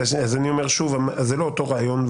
אני אומר שוב: זהו לא אותו רעיון,